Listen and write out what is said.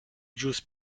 jews